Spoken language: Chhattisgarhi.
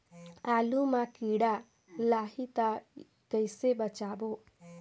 आलू मां कीड़ा लाही ता कइसे बचाबो?